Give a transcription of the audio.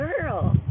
girl